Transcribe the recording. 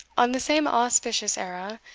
on the same auspicious era,